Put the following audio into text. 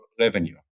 revenue